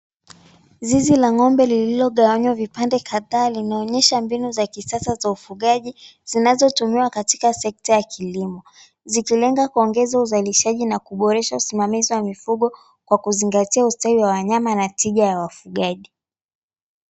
Zizi la ng'ombe lililogawanywa vipande kadhaa linaonyesha mbinu za kisasa za ufugaji zinazotumiwa katika sekta ya kilimo zikilenga kuongeza uzalishaji na kuboresha usimamizi wa mifugo kwa kuzingatia ustawi wa wanyama na tiga ya wafugaji.